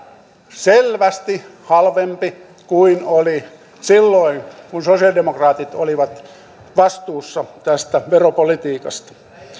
selvästi halvempi kuin oli silloin kun sosialidemokraatit olivat vastuussa tästä veropolitiikasta